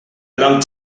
long